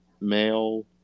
male